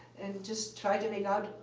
and just try to make out,